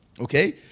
Okay